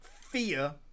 fear